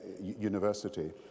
University